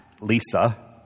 Lisa